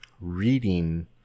reading